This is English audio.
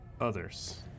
Others